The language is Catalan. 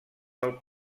del